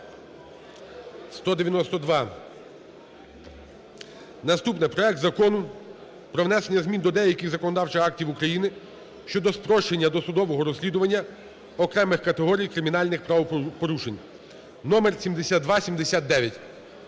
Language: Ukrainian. Наступне. Проект Закону про внесення змін до деяких законодавчих актів України щодо спрощення досудового розслідування окремих категорій кримінальних правопорушень (№ 7279).